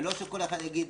ולא שכל אחד יגיד,